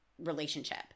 relationship